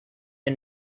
and